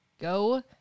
Go